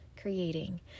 creating